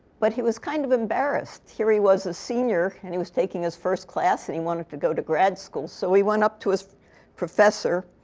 but he was kind of embarrassed. here he was a senior. and he was taking his first class. and he wanted to go to grad school. so we went up to his professor.